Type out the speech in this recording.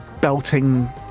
belting